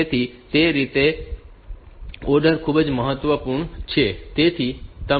તેથી તે રીતે આ ઓર્ડર ખૂબ જ મહત્વપૂર્ણ છે